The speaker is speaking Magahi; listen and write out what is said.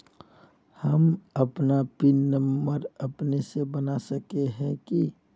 हम अपन पिन नंबर अपने से बना सके है की?